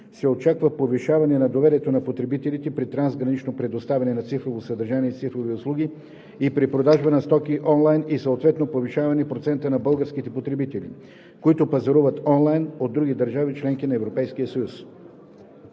се очаква повишаване на доверието на потребителите при трансгранично предоставяне на цифрово съдържание и цифрови услуги и при продажба на стоки онлайн и съответно повишаване процента на българските потребители, които пазаруват онлайн от други държави – членки от Европейския съюз.